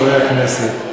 חברי הכנסת,